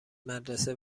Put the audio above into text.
مدرسه